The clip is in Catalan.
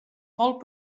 molt